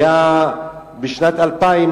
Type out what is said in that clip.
בשנת 2000,